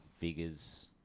figures